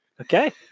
Okay